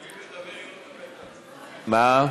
מה?